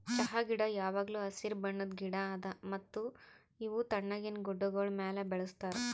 ಚಹಾ ಗಿಡ ಯಾವಾಗ್ಲೂ ಹಸಿರು ಬಣ್ಣದ್ ಗಿಡ ಅದಾ ಮತ್ತ ಇವು ತಣ್ಣಗಿನ ಗುಡ್ಡಾಗೋಳ್ ಮ್ಯಾಲ ಬೆಳುಸ್ತಾರ್